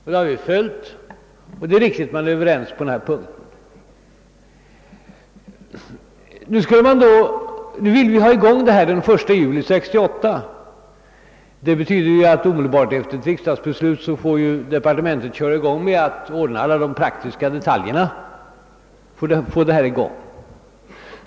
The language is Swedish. Vi har följt det förslaget, och vi har varit överens på den punkten. Vi vill nu ha i gång denna verksamhet den 1 juli 1968. Det betyder att departementet omedelbart efter riksdagsbeslutet får börja ordna alla de praktiska detaljerna.